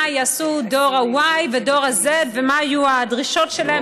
יעשו דור ה-Y ודור ה-Z ומה יהיו הדרישות שלהם,